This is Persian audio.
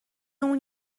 اون